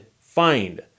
find